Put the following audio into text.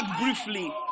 Briefly